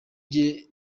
bye